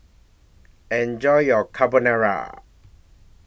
Enjoy your Carbonara